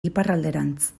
iparralderantz